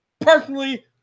Personally